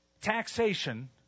taxation